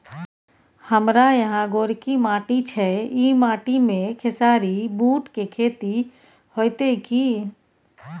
हमारा यहाँ गोरकी माटी छै ई माटी में खेसारी, बूट के खेती हौते की?